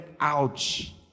ouch